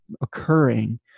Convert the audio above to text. occurring